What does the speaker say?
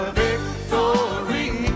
victory